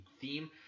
theme